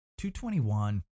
221